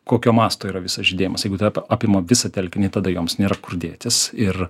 kokio masto yra visas žydėjimas jeigu apima visą telkinį tada joms nėra kur dėtis ir